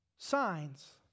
Signs